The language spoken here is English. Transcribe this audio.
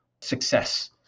success